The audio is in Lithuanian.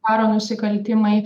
karo nusikaltimai